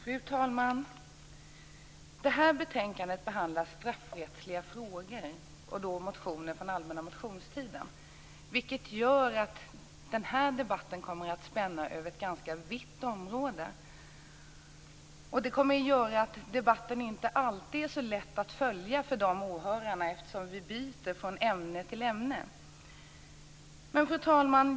Fru talman! I det här betänkandet behandlas straffrättsliga frågor och motioner från allmänna motionstiden, vilket gör att den här debatten kommer att spänna över ett ganska vitt område. Det kommer att göra att debatten inte alltid är så lätt att följa för åhörarna, eftersom vi byter från ämne till ämne. Fru talman!